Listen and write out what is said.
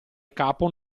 capo